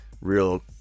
real